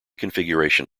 configuration